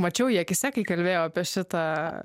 mačiau jį akyse kai kalbėjau apie šitą